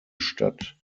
statt